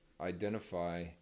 identify